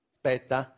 Aspetta